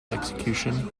execution